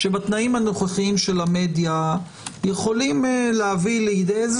שבתנאים הנוכחיים של המדיה יכולים להביא לידי איזה